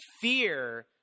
fear